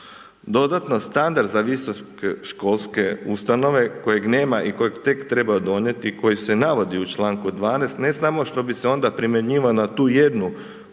Dodatno, standard za visokoškolske ustanove kojeg nema i kojeg tek treba donijeti i koji se navodi u članku 12., ne samo što bi se onda primjenjivao na tu jednu